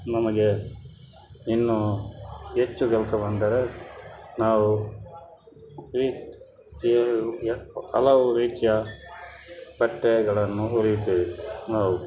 ನಮಗೆ ಇನ್ನೂ ಹೆಚ್ಚು ಕೆಲಸ ಬಂದರೆ ನಾವು ಈ ಈ ಅಲವು ರೀತಿಯ ಬಟ್ಟೆಗಳನ್ನು ಹೊಲಿಯುತ್ತೇವೆ ನಾವು